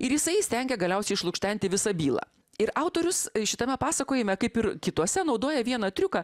ir jisai įstengia galiausiai išlukštenti visą bylą ir autorius šitame pasakojime kaip ir kituose naudoja vieną triuką